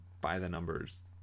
by-the-numbers